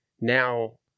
now